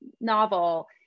novel